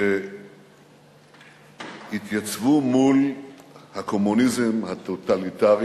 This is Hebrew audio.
שהתייצבו מול הקומוניזם הטוטליטרי